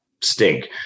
stink